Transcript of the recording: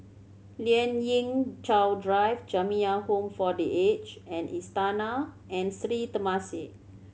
Lien Ying Chow Drive Jamiyah Home for The Aged and Istana and Sri Temasek